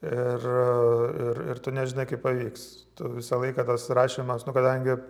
ir ir ir tu nežinai kaip pavyks tu visą laiką tas rašymas nu kadangi